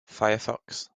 firefox